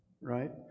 Right